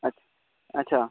अच्छा अच्छा